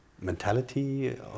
mentality